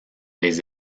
les